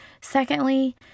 Secondly